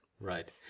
Right